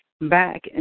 back